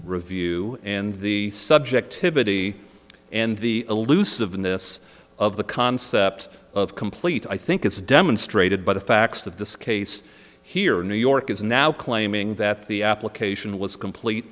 review and the subjectivity and the elusiveness of the concept of complete i think is demonstrated by the facts of this case here in new york is now claiming that the application was complete